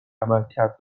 عملکرد